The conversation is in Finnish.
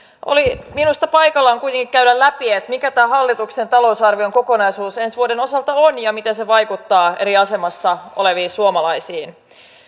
on minusta paikallaan kuitenkin käydä läpi mikä tämä hallituksen talousarvion kokonaisuus ensi vuoden osalta on ja miten se vaikuttaa eri asemassa oleviin suomalaisiin